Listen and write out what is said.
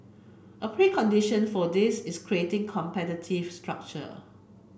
a precondition for this is creating competitive structure